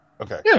Okay